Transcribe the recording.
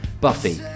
buffy